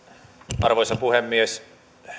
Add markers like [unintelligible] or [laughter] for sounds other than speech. [unintelligible] [unintelligible] arvoisa puhemies